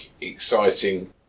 exciting